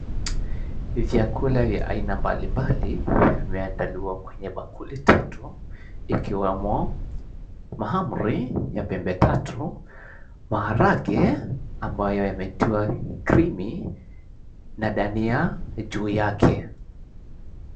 Vyakula vya aina mbalimbali vimeandaliwa kwenye bakuli tatu ikiwemo mahamri ya pembe tatu, maharagwe ambayo yametiwa krimi na dania juu yake.